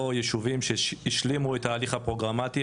או יישובים שהשלימו את ההליך הפרוגרמטי,